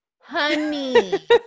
honey